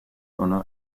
unu